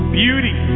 beauty